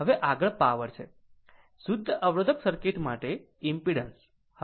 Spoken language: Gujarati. હવે આગળ પાવર છે શુદ્ધ અવરોધક સર્કિટ માટે ઈમ્પીડંસ